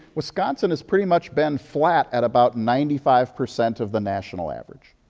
wisconsin has pretty much been flat at about ninety five percent of the national average.